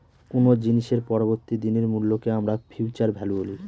কোনো জিনিসের পরবর্তী দিনের মূল্যকে আমরা ফিউচার ভ্যালু বলি